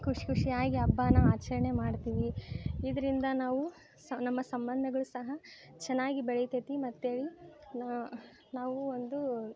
ಖುಷಿ ಖುಷಿಯಾಗಿ ಹಬ್ಬನ ಆಚರಣೆ ಮಾಡ್ತೀವಿ ಇದರಿಂದ ನಾವೂ ಸಹ ನಮ್ಮ ಸಂಬಂಧಗಳು ಸಹ ಚೆನ್ನಾಗಿ ಬೆಳಿತೈತಿ ಮತ್ತು ನಾನು ನಾವು ಒಂದು